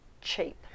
cheap